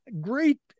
great